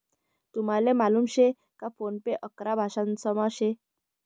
तुमले मालूम शे का फोन पे अकरा भाषांसमा शे